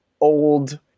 old